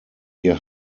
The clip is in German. ihr